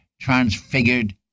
transfigured